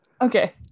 okay